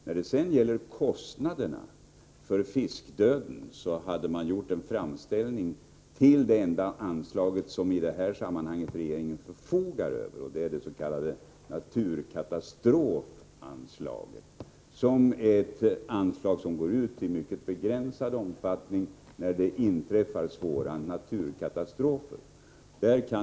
När det sedan gäller de kostnader som uppstått på grund av fiskdöden har en framställning gjorts om medel från det enda anslag som regeringen förfogar över i det här sammanhanget, nämligen det s.k. naturkatastrofanslaget. Det går ut i mycket begränsad omfattning, när svåra naturkatastrofer inträffar.